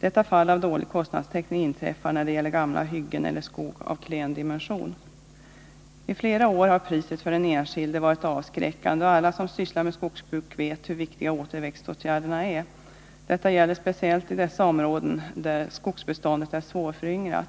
Sådana här fall av dålig kostnadstäckning inträffar när det gäller gamla hyggen eller skog av klen dimension. I flera år har priset för den enskilde varit avskräckande, och alla som sysslar med skogsbruk vet hur viktiga återväxtåtgärderna är. Detta gäller speciellt i dessa områden, där skogsbeståndet är svårföryngrat.